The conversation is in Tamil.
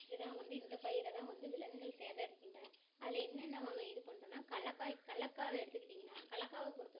இது தான் வந்து இந்த பயிரை தான் வந்து விலங்குங்கள் சேதரிக்கின்றன அதில் என்னென்ன வகை இது பண்ணுறோம்னா கடலக்காய் கடலக்காவ எடுத்துக்கிட்டிங்கனால் கடலக்காவ பொறுத்த வரைக்கும்